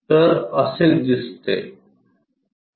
तर असे दिसते